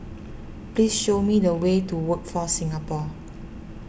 please show me the way to Workforce Singapore